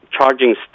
charging